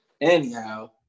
Anyhow